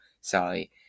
sorry